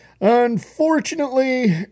Unfortunately